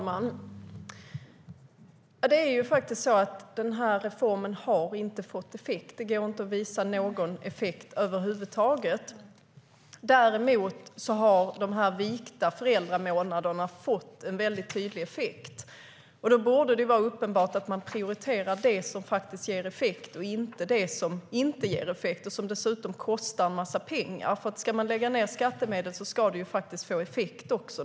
Herr talman! Den här reformen har inte fått effekt. Det går inte att påvisa någon effekt över huvud taget. Däremot har de vikta föräldramånaderna haft en väldigt tydlig effekt. Då borde det vara uppenbart att man prioriterar det som ger effekt och inte det som inte ger effekt och som dessutom kostar en massa pengar. Ska man lägga ned skattemedel på något ska det också ge effekt.